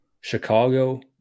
Chicago